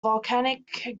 volcanic